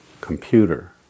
computer